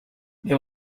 there